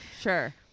Sure